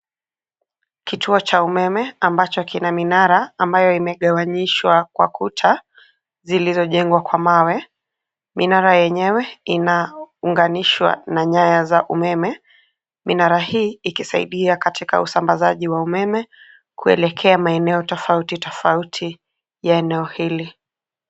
Kituo cha umeme ambacho kina minara ambayo imegawanyishwa kwa kuta zilizojengwa kwa mawe. Minara yenyewe inaunganishwa na nyaya za umeme. Minara hii ikisaidia katika usambazaji wa umeme kuelekea maeneo tofauti tofauti ya eneo hili.